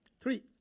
three